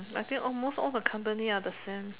I think almost all the company is the same